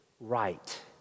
right